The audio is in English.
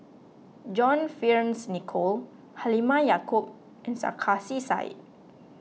John Fearns Nicoll Halimah Yacob and Sarkasi Said